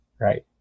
Right